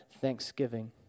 thanksgiving